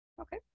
Okay